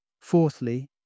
Fourthly